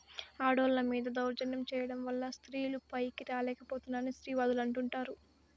ఆడోళ్ళ మీద దౌర్జన్యం చేయడం వల్ల స్త్రీలు పైకి రాలేక పోతున్నారని స్త్రీవాదులు అంటుంటారు